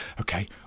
Okay